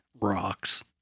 rocks